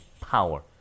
power